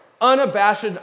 unabashed